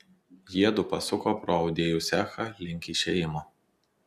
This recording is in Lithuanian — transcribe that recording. jiedu pasuko pro audėjų cechą link išėjimo